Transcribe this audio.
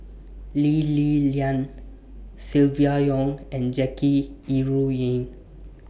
Lee Li Lian Silvia Yong and Jackie Yi Ru Ying